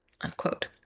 unquote